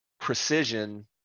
precision